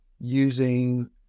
using